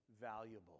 valuable